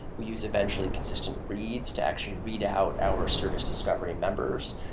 we use eventually consistent reads to actually readout our service discovery members,